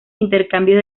intercambios